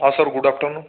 ah sir good afternoon